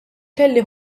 kelli